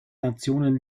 nationen